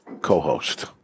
co-host